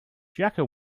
jaka